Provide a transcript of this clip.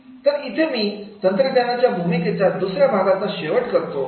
तर इथे मी तंत्रज्ञानाच्या भूमिकेचा दुसऱ्या भागाचा शेवट करतो